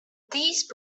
these